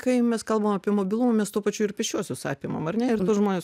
kai mes kalbam apie mobilumą mes tuo pačiu ir pėsčiuosius apimam ar ne ir tuos žmones